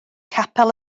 capel